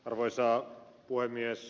arvoisa puhemies